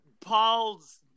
Paul's